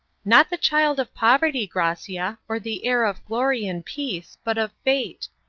not the child of poverty, gracia, or the heir of glory and peace, but of fate.